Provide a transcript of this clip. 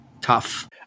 tough